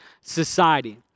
society